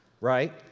Right